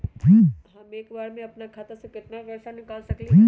हम एक बार में अपना खाता से केतना पैसा निकाल सकली ह?